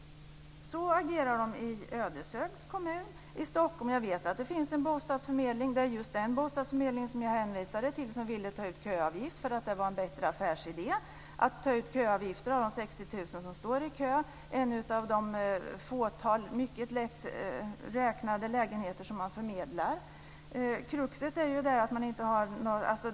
Så agerar man alltså i Ödeshögs kommun. Jag vet att det i Stockholm finns en bostadsförmedling. Det är just den som jag hänvisade till när jag talade om en bostadsförmedling som ville ta ut köavgift av de 60 000 personer som står i kö därför att det ansågs vara en bättre affärsidé. Men antalet lägenheter som förmedlas är ett fåtal och kan lätt räknas.